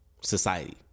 society